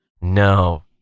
No